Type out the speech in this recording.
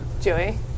Joey